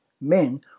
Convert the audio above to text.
men